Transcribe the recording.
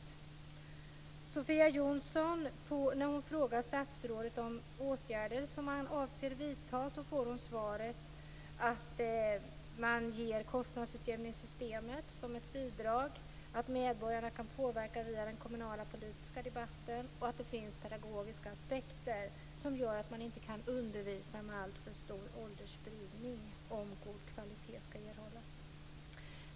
När Sofia Jonsson frågar statsrådet om åtgärder som man avser vidta får hon svaret att man ger kostnadsutjämningssystemet som ett bidrag, att medborgarna kan påverka via den kommunala politiska debatten och att det finns pedagogiska aspekter som gör att man inte kan undervisa med alltför stor åldersspridning om god kvalitet skall erhållas.